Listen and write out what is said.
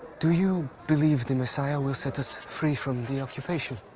do you believe the messiah will set us free from the occupation?